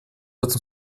этом